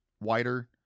wider